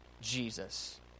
Jesus